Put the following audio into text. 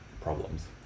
problems